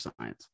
science